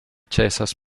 ĉesas